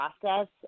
process